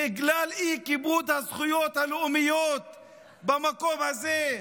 בגלל אי-כיבוד הזכויות הלאומיות במקום הזה,